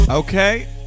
Okay